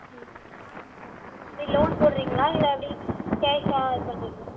ம் இப்போ லோன் போடறிங்களா இல்லை எப்படி கேஷாக இது பண்ணுறீங்களா